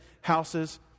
houses